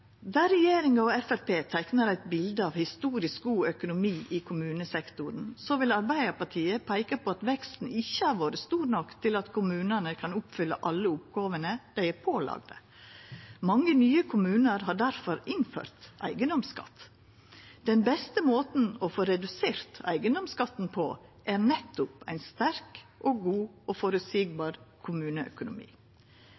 Der regjeringa og Framstegspartiet teiknar eit bilde av historisk god økonomi i kommunesektoren, vil Arbeidarpartiet peika på at veksten ikkje har vore stor nok til at kommunane kan oppfylla alle oppgåvene dei er pålagde. Mange nye kommunar har difor teke i bruk eigedomsskatt. Den beste måten å få redusert eigedomsskatten på er nettopp ein sterk, god og føreseieleg kommuneøkonomi. Regjeringa Solberg og